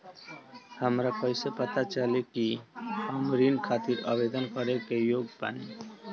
हमरा कईसे पता चली कि हम ऋण खातिर आवेदन करे के योग्य बानी?